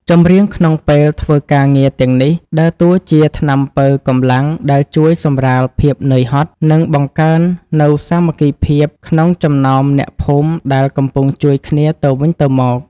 ចម្រៀងក្នុងពេលធ្វើការងារទាំងនេះ ដើរតួជាថ្នាំប៉ូវកម្លាំងដែលជួយសម្រាលភាពនឿយហត់ និងបង្កើននូវសាមគ្គីភាពក្នុងចំណោមអ្នកភូមិដែលកំពុងជួយគ្នាទៅវិញទៅមក។